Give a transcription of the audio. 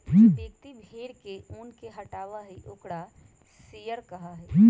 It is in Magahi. जो व्यक्ति भेड़ के ऊन के हटावा हई ओकरा शियरर कहा हई